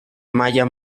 malla